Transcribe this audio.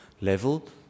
level